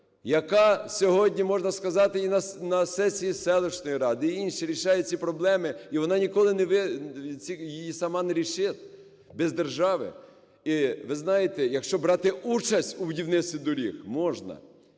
яка сьогодні, можна сказати, і на сесії селищної ради, і інші рішають ці проблеми, і вона ніколи її сама не рішить, без держави. І, ви знаєте, якщо брати участь у будівництві доріг, можна,